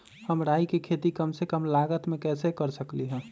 हम राई के खेती कम से कम लागत में कैसे कर सकली ह?